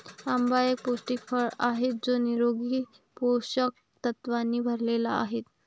आंबा एक पौष्टिक फळ आहे जो निरोगी पोषक तत्वांनी भरलेला आहे